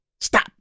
stop